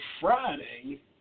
Friday